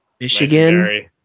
Michigan